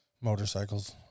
motorcycles